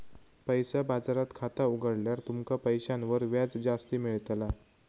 पैसा बाजारात खाता उघडल्यार तुमका पैशांवर व्याज जास्ती मेळताला